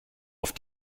auf